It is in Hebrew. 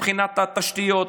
מבחינת התשתיות,